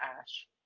ash